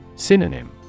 Synonym